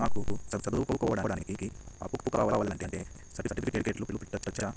నాకు చదువుకోవడానికి అప్పు కావాలంటే సర్టిఫికెట్లు పెట్టొచ్చా